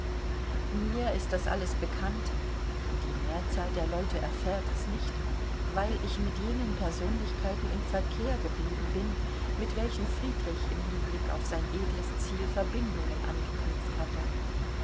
mir ist das alles bekannt die mehrzahl der leute erfährt es nicht weil ich mit jenen persönlichkeiten im verkehr geblieben bin mit welchen friedrich im hinblick auf sein edles ziel verbindungen angeknüpft hatte